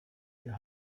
wir